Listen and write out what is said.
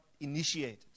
initiated